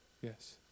yes